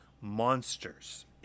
monsters